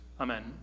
Amen